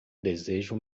desejo